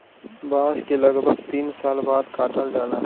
बांस के लगभग तीन साल बाद काटल जाला